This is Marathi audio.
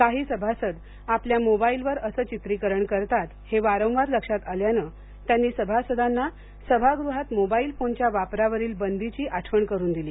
काही सभासद आपल्या मोबाईलवर असे चित्रीकरण करतात हे वारंवार लक्षात आल्याने त्यांनी सभासदांना सभागृहात मोबाईल फोनच्या वापरावरील बंदीची आठवण करून दिली